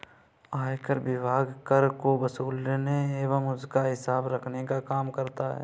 आयकर विभाग कर को वसूलने एवं उसका हिसाब रखने का काम करता है